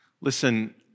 Listen